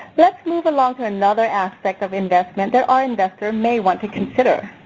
let's move along to another aspect of investment that our investor may want to consider.